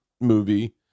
movie